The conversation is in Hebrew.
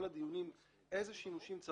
אתה